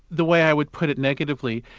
the way i would put it negatively,